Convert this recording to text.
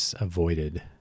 avoided